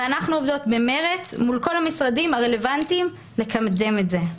ואנחנו עובדות במרץ מול כל המשרדים הרלוונטיים כדי לקדם את זה.